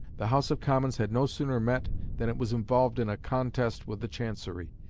the house of commons had no sooner met than it was involved in a contest with the chancery,